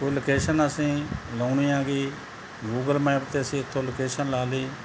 ਉਹ ਲੋਕੇਸ਼ਨ ਅਸੀਂ ਲਾਉਣੀ ਹੈਗੀ ਗੂਗਲ ਮੈਪ 'ਤੇ ਅਸੀਂ ਐਥੋਂ ਲੋਕੇਸ਼ਨ ਲਗਾ ਲਈ